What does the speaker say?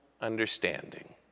understanding